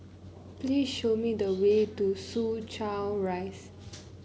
please show me the way to Soo Chow Rise